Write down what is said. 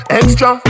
extra